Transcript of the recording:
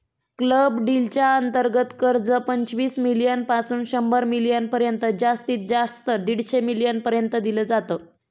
club deal च्या अंतर्गत कर्ज, पंचवीस मिलीयन पासून शंभर मिलीयन पर्यंत जास्तीत जास्त दीडशे मिलीयन पर्यंत दिल जात